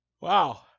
Wow